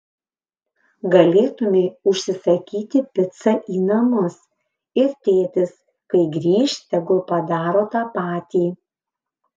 galėtumei užsisakyti picą į namus ir tėtis kai grįš tegul padaro tą patį